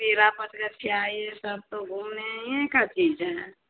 यह सब तो घूमने यह का चीज़ है